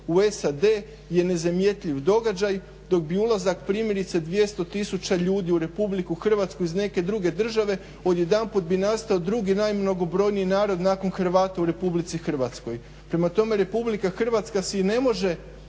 u SAD-u je nezamjetljiv događaj dok bi ulazak primjerice 200 tisuća ljudi u RH iz neke druge države odjedanput bi nastao drugi najmnogobrojniji narod nakon Hrvata u RH. Prema tome, RH si ne može